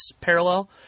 parallel